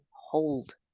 hold